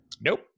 Nope